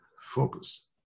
focus